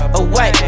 away